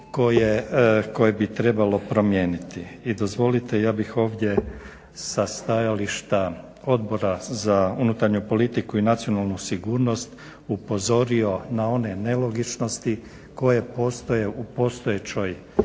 koje bi trebalo promijeniti. I dozvolite, ja bih ovdje sa stajališta Odbora za unutarnju politiku i nacionalnu sigurnost upozorio na one nelogičnosti koje postoje u postojećoj